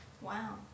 Wow